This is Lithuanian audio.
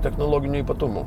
technologinių ypatumų